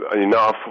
enough